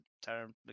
term